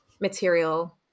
material